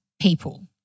people